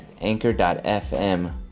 anchor.fm